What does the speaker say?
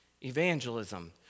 evangelism